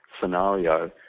scenario